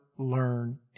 learn